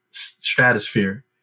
Stratosphere